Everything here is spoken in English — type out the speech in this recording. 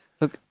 Look